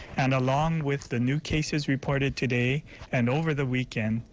and along with the new cases reported today and over the weekend,